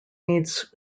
needs